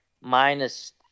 minus